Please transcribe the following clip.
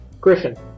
Griffin